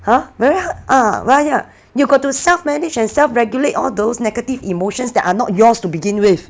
!huh! very hard uh why ya you've got to self-manage and self-regulate all those negative emotions that are not yours to begin with